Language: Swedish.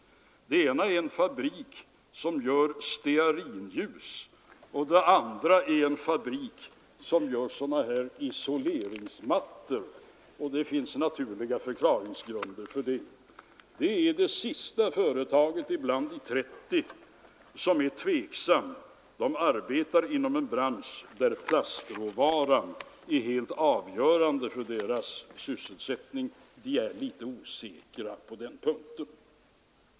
Det ena företaget är en fabrik som gör stearinljus, och det andra är en fabrik som tillverkar isoleringsmattor. Det finns alltså naturliga förklaringsgrunder till deras svar. Ett av de trettio företagen är tveksamt — det arbetar inom en bransch där plastråvaran är helt avgörande för sysselsättningen.